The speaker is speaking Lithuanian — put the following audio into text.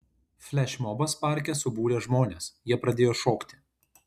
flešmobas parke subūrė žmones jie pradėjo šokti